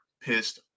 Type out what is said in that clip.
pissed